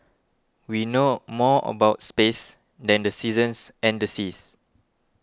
we know more about space than the seasons and the seas